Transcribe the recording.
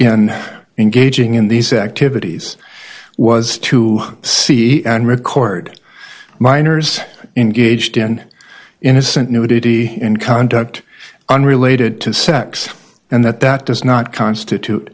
in engaging in these activities was to see and record minors in gauged in innocent nudity in conduct unrelated to sex and that that does not constitute